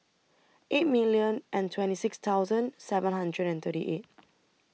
eight million and twenty six thousand seven hundred and thirty eight